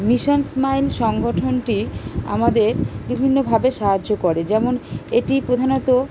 mission smile সংগঠনটি আমাদের বিভিন্নভাবে সাহায্য করে যেমন এটি প্রধানত